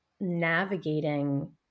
navigating